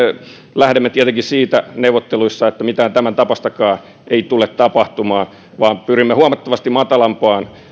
lähdemme tietenkin neuvotteluissa siitä että mitään tämäntapaistakaan ei tule tapahtumaan vaan pyrimme huomattavasti matalampaan